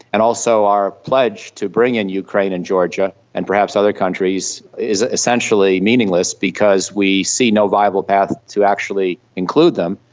and also our pledge to bring in ukraine and georgia and perhaps other countries is essentially meaningless because we see no viable path to actually include them,